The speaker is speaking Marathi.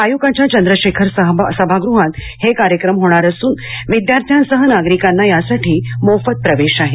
आय्काच्या चंद्रशेखर सभागृहात कार्यक्रम होणार असून विद्यार्थ्यांसह नागरिकांना यासाठी मोफत प्रवेश आहे